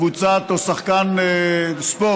כמעט כמו קבוצה או שחקן ספורט,